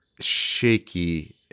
shaky